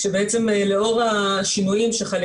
לאור השינויים שחלים